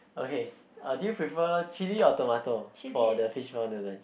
okay uh do you prefer chili or tomato for the fishball noodle